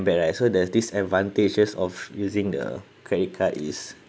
bad right so there's disadvantages of using the credit card is